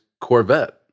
Corvette